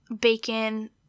bacon